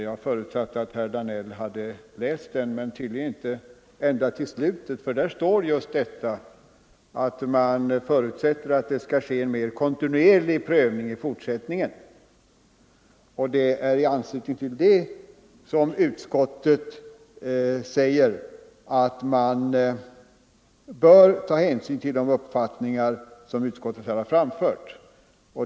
Jag förutsatte att herr Danell hade läst den, men tydligen har han inte läst den ända till slutet. Där står nämligen just att man förutsätter att det skall ske en mera kontinuerlig prövning i fortsättningen. I anslutning till detta säger utskottet att man bör ta hänsyn till de uppfattningar som utskottet har framfört.